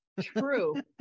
True